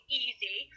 easy